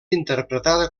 interpretada